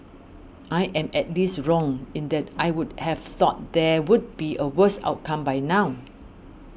I am at least wrong in that I would have thought there would be a worse outcome by now